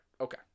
Okay